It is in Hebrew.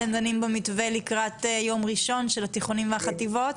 אתם דנים במתווה לקראת יום ראשון של התיכונים והחטיבות.